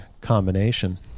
combination